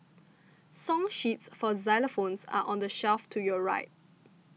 song sheets for xylophones are on the shelf to your right